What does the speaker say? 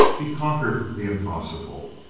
he conquered the impossible.